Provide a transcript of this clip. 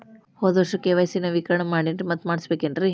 ಹೋದ ವರ್ಷ ಕೆ.ವೈ.ಸಿ ನವೇಕರಣ ಮಾಡೇನ್ರಿ ಮತ್ತ ಮಾಡ್ಬೇಕೇನ್ರಿ?